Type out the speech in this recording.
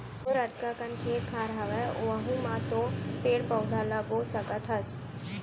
तोर अतका कन खेत खार हवय वहूँ म तो पेड़ पउधा ल बो सकत हस